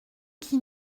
qui